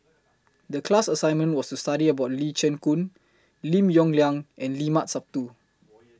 The class assignment was to study about Lee Chin Koon Lim Yong Liang and Limat Sabtu